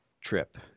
trip